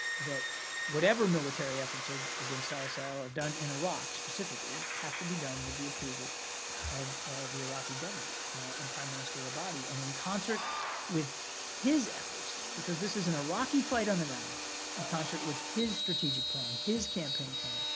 whatever military efforts ah against isil so are done in iraq specifically have to be done with the approval of the iraqi government and prime minister abadi, and in concert with his efforts because this is an iraqi fight on the ground in concert with his strategic plan, his campaign plan,